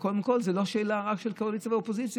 וקודם כול זו לא רק שאלה של קואליציה ואופוזיציה.